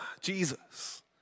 Jesus